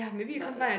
but like